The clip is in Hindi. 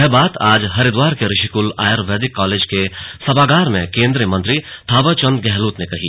यह बात आज हरिद्वार के ऋषिकुल आयुर्वेदिक कॉलेज के सभागार में केन्द्रीय मंत्री थावर चन्द गहलोत ने कही